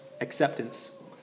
acceptance